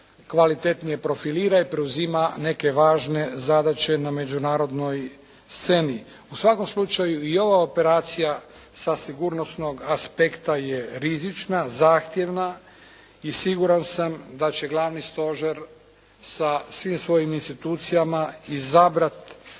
kvalitetnije profilira i preuzima neke važne zadaće na međunarodnoj sceni. U svakom slučaju i ova operacija sa sigurnosnog aspekta je rizična, zahtjevna i siguran sam da će glavni stožer sa svim svojim institucijama izabrati